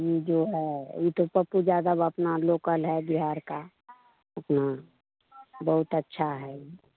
ऊ जो है ऊ तो पप्पू जादब अपना लोकल है बिहार का अपना बहुत अच्छा है ई